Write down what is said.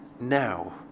now